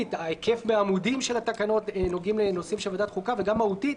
ההיקף בעמודים של התקנות הנוגעים לנושאים של ועדת חוקה וגם מהותית,